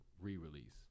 re-release